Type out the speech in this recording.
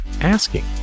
asking